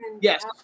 Yes